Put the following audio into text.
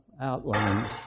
outlines